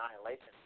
annihilation